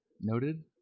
Noted